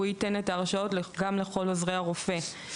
שהוא ייתן את ההרשאות גם לכל עוזרי הרופא.